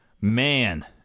Man